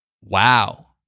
Wow